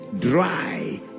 dry